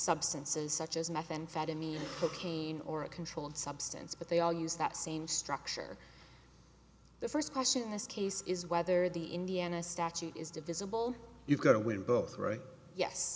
substances such as methamphetamine cocaine or a controlled substance but they all use that same structure the first question in this case is whether the indiana statute is divisible you've got to w